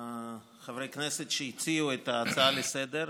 חברי הכנסת שהציעו את ההצעה לסדר-היום,